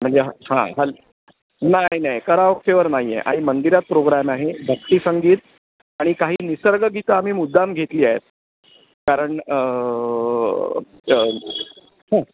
म्हणजे ह हां हल नाय नाय कराओकेवर नाही आहे आणि मंदिरात प्रोग्राम आहे भक्तीसंगीत आणि काही निसर्गगीतं आम्ही मुद्दाम घेतली आहेत कारण